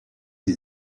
sie